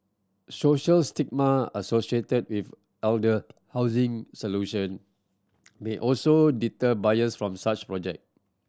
social stigma associated with elder housing solution may also deter buyers from such project